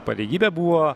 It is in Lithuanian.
pareigybė buvo